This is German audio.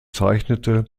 zeichnete